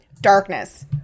darkness